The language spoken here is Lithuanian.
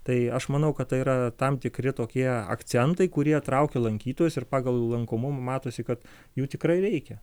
tai aš manau kad tai yra tam tikri tokie akcentai kurie traukia lankytojus ir pagal lankomumą matosi kad jų tikrai reikia